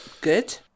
good